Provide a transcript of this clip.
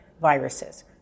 viruses